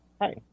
Hi